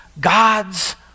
God's